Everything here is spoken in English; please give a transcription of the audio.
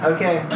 Okay